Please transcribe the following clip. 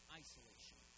isolation